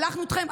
שלחנו אתכם,